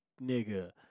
Nigga